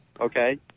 Okay